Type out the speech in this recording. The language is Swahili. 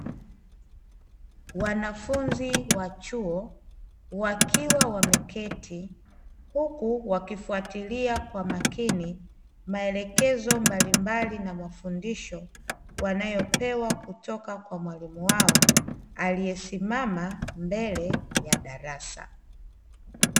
Wanafunzi wa chuo wakiwa wameketi huku wakifuatilia kwa umakini maelekezo mbalimbali na mafundisho wanayopewa kutoka kwa mwalimu wao aliyesimama mbele ya darasa.